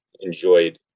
enjoyed